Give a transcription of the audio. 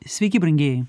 sveiki brangieji